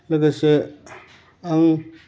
लोगोसे आं